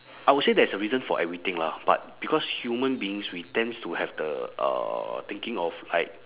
I would say there's a reason for everything lah but because human beings we tends to have the uh thinking of like